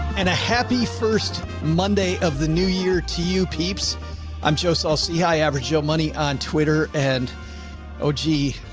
and a happy first, monday of the new year to you. peeps i'm joe saul-sehy averagejoemoney on twitter and oh, gee.